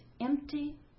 empty